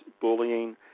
bullying